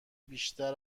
بیشتر